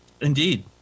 Indeed